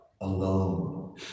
alone